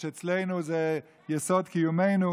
מה שאצלנו זה יסוד קיומנו.